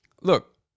Look